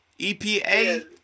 EPA